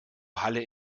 halle